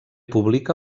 publica